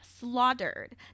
slaughtered